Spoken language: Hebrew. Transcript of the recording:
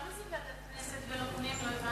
למה זה לוועדת הכנסת ולא לוועדת הפנים,